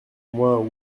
mois